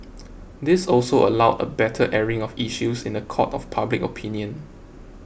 this also allowed a better airing of issues in the court of public opinion